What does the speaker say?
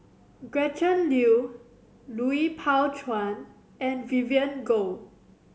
Gretchen Liu Lui Pao Chuen and Vivien Goh